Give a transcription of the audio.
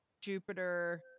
jupiter